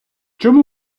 чому